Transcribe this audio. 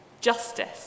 justice